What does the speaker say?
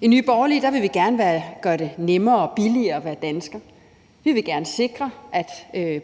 I Nye Borgerlige vil vi gerne gøre det nemmere og billigere at være dansker. Vi vil gerne sikre, at